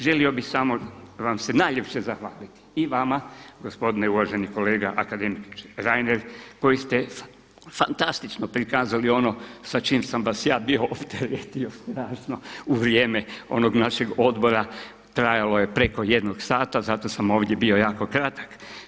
Želio bih samo vam se najljepše zahvaliti i vama gospodine uvaženi kolega akademiče Reiner koji ste fantastično prikazali ono sa čim sam vas ja bio opteretio strašno u vrijeme onog našeg odbora, trajalo je preko 1 sata zato sam ovdje bio jako kratak.